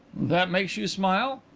that makes you smile?